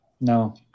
No